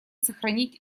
сохранить